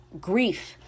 grief